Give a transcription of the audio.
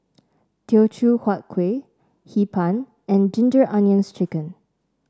Teochew Huat Kueh Hee Pan and Ginger Onions chicken